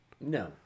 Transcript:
No